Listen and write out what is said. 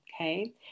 okay